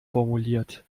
formuliert